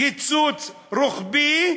קיצוץ רוחבי,